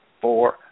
four